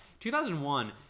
2001